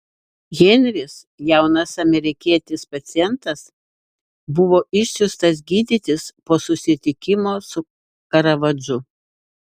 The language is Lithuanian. henris jaunas amerikietis pacientas buvo išsiųstas gydytis po susitikimo su karavadžu